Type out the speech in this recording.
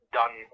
done